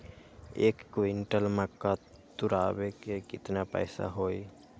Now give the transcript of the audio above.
एक क्विंटल मक्का तुरावे के केतना पैसा होई?